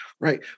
right